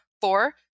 Four